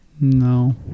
No